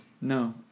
No